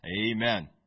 Amen